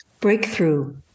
Breakthrough